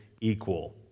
equal